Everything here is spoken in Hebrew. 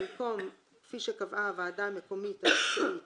במקום "כפי שקבעה הוועדה המקומית המקצועית